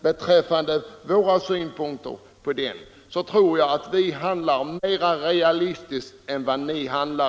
Beträffande våra synpunkter på frågan tror jag att vi handlar mer realistiskt än vad ni handlar.